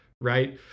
Right